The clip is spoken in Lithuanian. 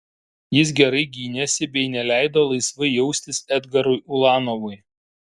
jis gerai gynėsi bei neleido laisvai jaustis edgarui ulanovui